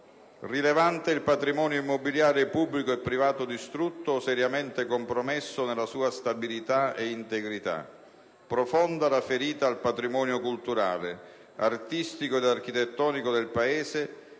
Rilevante il patrimonio immobiliare pubblico e privato distrutto o seriamente compromesso nella sua stabilità e integrità; profonda la ferita al patrimonio culturale, artistico ed architettonico del Paese